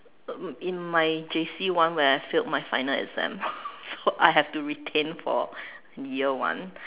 in my J_C one where I failed my final exam so I have to retain for year one